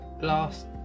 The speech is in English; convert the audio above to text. last